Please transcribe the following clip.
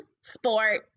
sport